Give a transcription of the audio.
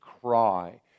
cry